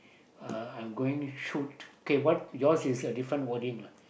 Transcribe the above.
uh I'm going shoot okay what yours is a different wording lah